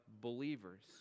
believers